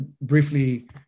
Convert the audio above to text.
briefly